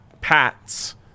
Pat's